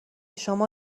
شما